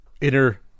inner